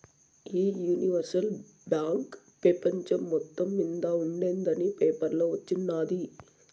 ఈ universal bank పెపంచం మొత్తం మింద ఉండేందని పేపర్లో వచిన్నాది